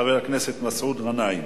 חבר הכנסת מסעוד גנאים.